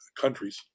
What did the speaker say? countries